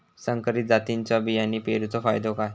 संकरित जातींच्यो बियाणी पेरूचो फायदो काय?